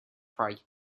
fry